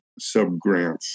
subgrants